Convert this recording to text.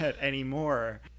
anymore